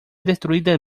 destruidas